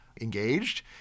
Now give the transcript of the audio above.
engaged